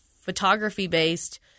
photography-based